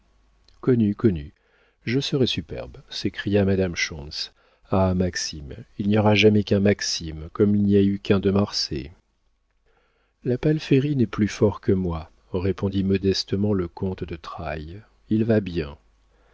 connu connu je serai superbe s'écria madame schontz ah maxime il n'y aura jamais qu'un maxime comme il n'y a eu qu'un de marsay la palférine est plus fort que moi répondit modestement le comte de trailles il va bien